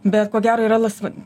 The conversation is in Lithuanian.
bet ko gero yra lasva